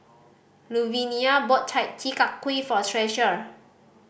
Luvinia brought Chi Kak Kuih for Treasure